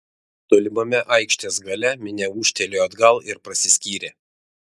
tolimame aikštės gale minia ūžtelėjo atgal ir prasiskyrė